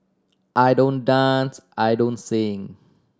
I don't dance I don't sing